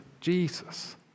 Jesus